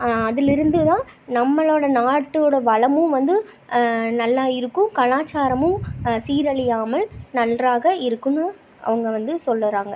அதிலிருந்து தான் நம்மளோட நாட்டோட வளமும் வந்து நல்லாயிருக்கும் கலாச்சாரமும் சீரழியாமல் நன்றாக இருக்கும்னும் அவங்க வந்து சொல்கிறாங்க